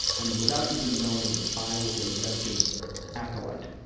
and without even knowing it, i was a yudkin acolyte.